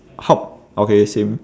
how okay same